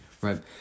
right